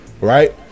Right